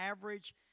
average